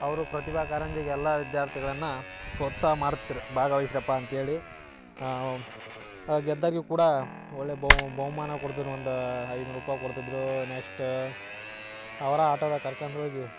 ಅವರು ಪ್ರತಿಭಾ ಕಾರಂಜಿಗೆ ಎಲ್ಲಾ ವಿದ್ಯಾರ್ಥಿಗಳನ್ನ ಪ್ರೋತ್ಸಾಹ ಮಾಡ್ತ್ರ ಭಾಗವಹಿಸ್ರಪ್ಪ ಅಂತೇಳಿ ಅವಾಗ ಗೆದ್ದವ್ರಿಗೆ ಕೂಡಾ ಒಳ್ಳೆಯ ಬವ್ ಬಹುಮಾನ ಕೊಡ್ದ್ರ ಒಂದು ಐನೂರು ರೂಪಾಯಿ ಕೊಡ್ತಿದ್ದರು ನೆಕ್ಸ್ಟ್ ಅವರ ಆಟೋದಾಗ ಕರ್ಕೊಂದೋಗಿ